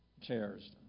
chairs